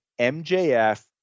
MJF